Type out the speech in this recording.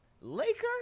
Laker